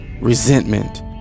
resentment